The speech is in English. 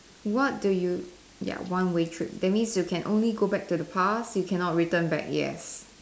what do you ya one way trip that means you can only go back into the past you cannot return back yes